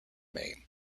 maine